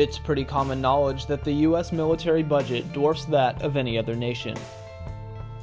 it's pretty common knowledge that the u s military budget dorce that of any other nation